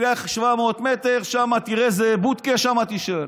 תלך 700 מטר, שם תראה איזה בודקה, שם תשאל.